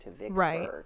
right